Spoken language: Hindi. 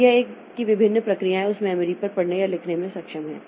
तो यह कि विभिन्न प्रक्रियाएँ उस मेमोरी पर पढ़ने या लिखने में सक्षम हैं